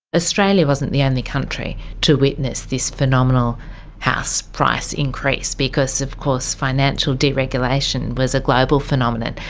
australia wasn't the only country to witness this phenomenal house price increase, because of course financial deregulation was a global phenomenon.